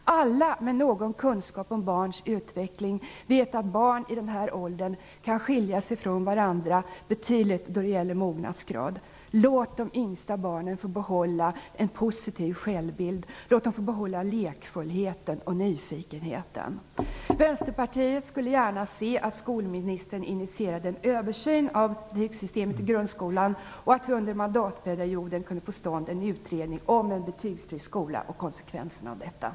Alla med någon kunskap om barns utveckling vet att barn i den här åldern kan skilja sig från varandra betydligt då det gäller mognadsgrad. Låt de yngsta barnen få behålla en positiv självbild! Låt dem få behålla lekfullheten och nyfikenheten! Vänsterpartiet skulle gärna se att skolministern initierade en översyn av betygssystemet i grundskolan och att vi under mandatperioden kunde få till stånd en utredning om en betygsfri skola och dess konsekvenser.